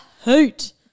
hoot